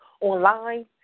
online